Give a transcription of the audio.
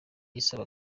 isaba